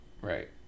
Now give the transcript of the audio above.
right